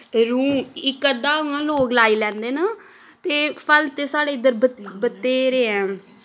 रुंह् इक अद्धा उ'आं लोक लाई लैंदे न ते फल्ल ते साढ़े इद्दर ब बथेरे ऐं